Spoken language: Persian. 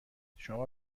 شما